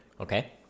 Okay